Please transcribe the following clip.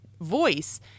voice